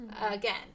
again